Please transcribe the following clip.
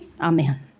Amen